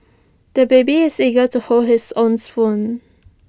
the baby is eager to hold his own spoon